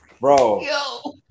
Bro